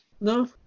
No